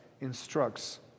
instructs